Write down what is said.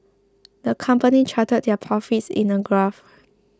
the company charted their profits in a graph